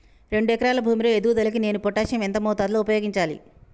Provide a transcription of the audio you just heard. రెండు ఎకరాల భూమి లో ఎదుగుదలకి నేను పొటాషియం ఎంత మోతాదు లో ఉపయోగించాలి?